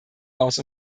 aus